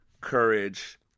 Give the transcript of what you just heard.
courage